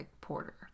porter